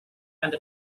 and